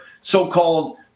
so-called